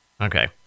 okay